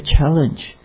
challenge